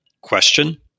question